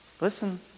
Listen